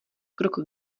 krok